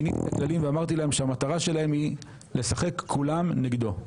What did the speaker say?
שיניתי את הכללים ואמרתי להם שהמטרה שלהם היא לשחק כולם נגדו.